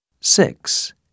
Six